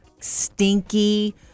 stinky